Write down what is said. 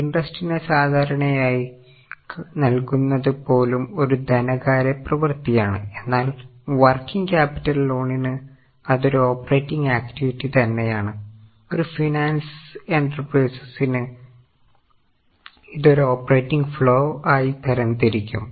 ഇഡ്രെസ്റ്റിനെ സാധാരണയായി നൽകുന്നത് പോലും ഒരു ധനകാര്യ പ്രവർത്തിയാണ് എന്നാൽ വർക്കിങ് ക്യാപിറ്റൽ ലോണിന് അത് ഒരു ഓപ്പറേറ്റിംഗ് ആക്റ്റിവിറ്റി തന്നെയാണ് ഒരു ഫിനാൻസ് എന്റർപ്രൈസസിന് ഇത് ഒരു ഓപ്പറേറ്റിംഗ് ഫ്ലോ ആയി തരം തിരിക്കും